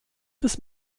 des